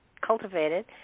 cultivated